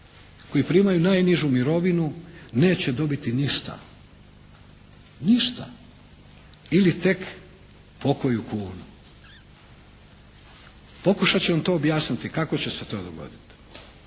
koji primaju najnižu mirovinu neće dobiti ništa, ništa ili tek pokoju kunu. Pokušat ću vam to objasniti kako će se to dogoditi.